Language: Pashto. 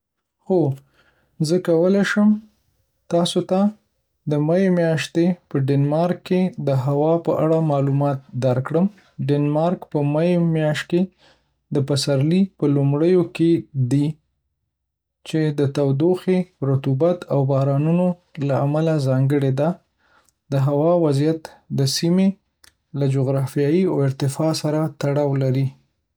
هو، زه کولی شم تاسو ته د می میاشتې په ډنمارک کې د هوا په اړه معلومات درکړم. ډنمارک په می میاشت کې د پسرلي په لومړیو کې دی، چې د تودوخې، رطوبت، او بارانونو له امله ځانګړې ده. د هوا وضعیت د سیمې له جغرافیې او ارتفاع سره تړاو لري.